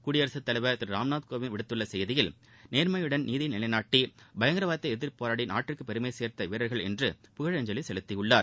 குடியரசுத் தலைவர் திரு ராம்நாத் கோவிந்த் விடுத்துள்ள செய்தியில் நேர்மையுடன் நீதியை நிலைநாட்டி பயங்கரவாதத்தை எதிர்த்துப் போராடி நாட்டிற்கு பெருமை சேர்த்த வீரர்கள் என்று புகழஞ்சலி செலுத்தியுள்ளார்